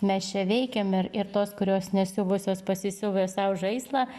mes čia veikiame ir ir tos kurios nesiuvusios pasisiūvę sau žaislą